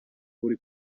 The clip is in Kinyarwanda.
buri